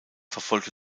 verfolgte